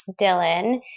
Dylan